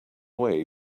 way